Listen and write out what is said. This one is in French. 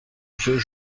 vieux